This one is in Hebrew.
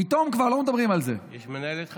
פתאום כבר לא מדברים על זה, יש מנהלת חדשה.